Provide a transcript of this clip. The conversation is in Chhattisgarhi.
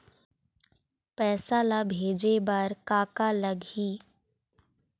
पैसा ला भेजे बार का का लगही?